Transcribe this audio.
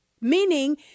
meaning